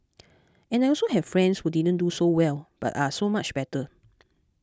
and I also have friends who didn't do so well but are so much better